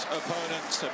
opponents